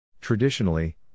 Traditionally